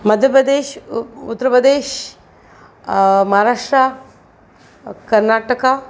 मध्य प्रदेश उ उत्तर प्रदेश महाराष्ट्र कर्नाटका